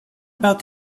about